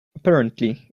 apparently